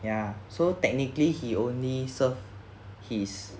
ya so technically he only serve his